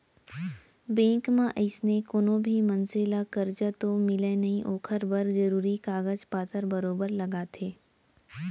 bank म अइसने कोनो भी मनसे ल करजा तो मिलय नई ओकर बर जरूरी कागज पातर बरोबर लागथे